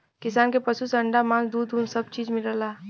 किसान के पसु से अंडा मास दूध उन सब चीज मिलला